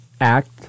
act